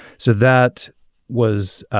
so that was